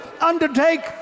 undertake